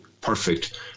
perfect